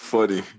Funny